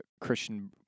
Christian